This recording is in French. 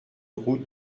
route